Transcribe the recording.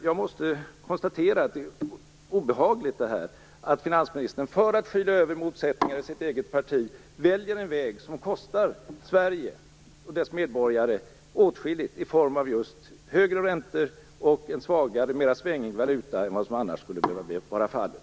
Jag måste konstatera att det här är obehagligt: För att skyla över motsättningarna i sitt eget parti väljer finansministern en väg som kostar Sverige och dess medborgare åtskilligt i form av högre räntor och en svagare, mer svängig valuta än vad som annars skulle behöva vara fallet.